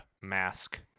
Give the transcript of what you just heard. mask